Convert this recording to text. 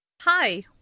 Hi